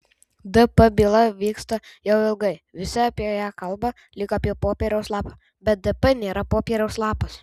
dp byla vyksta jau ilgai visi apie ją kalba lyg apie popieriaus lapą bet dp nėra popieriaus lapas